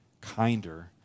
kinder